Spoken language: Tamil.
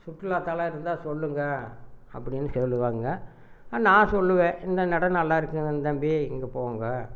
சுற்றுலாத்தலம் இருந்தால் சொல்லுங்கள் அப்படினு சொல்லுவாங்கள் நான் சொல்வேன் இந்தந்த இடம் நல்லாயிருக்கும் தம்பி இங்கே போங்கள்